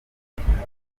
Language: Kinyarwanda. asobanura